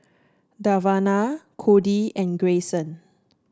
Davina Codie and Greyson